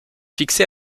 fixé